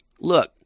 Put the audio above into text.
Look